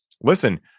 listen